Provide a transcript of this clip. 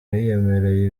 yiyemereye